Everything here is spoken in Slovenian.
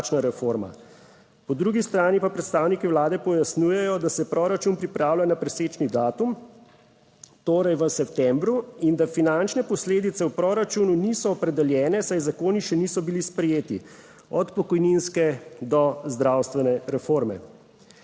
plačna reforma. Po drugi strani pa predstavniki vlade pojasnjujejo, da se proračun pripravlja na presečni datum, torej v septembru, in da finančne posledice v proračunu niso opredeljene, saj zakoni še niso bili sprejeti, od pokojninske do zdravstvene reforme.